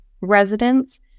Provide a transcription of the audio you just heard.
residents